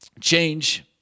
change